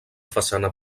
façana